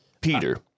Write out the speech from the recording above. Peter